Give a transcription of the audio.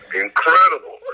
Incredible